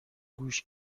گوش